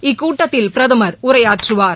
இக்கூட்டத்தில் பிரதமர் உரையாற்றுவார்